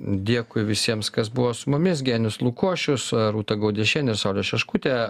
dėkui visiems kas buvo su mumis genius lukošius rūta gaudiešienė ir saulius šeškutė